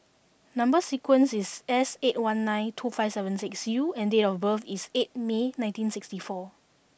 number sequence is S eight one nine two five seven six U and date of birth is eight May nineteen sixty four